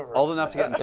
old enough to get